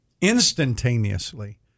instantaneously